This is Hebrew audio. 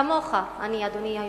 כמוך אני, אדוני היושב-ראש,